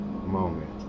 moment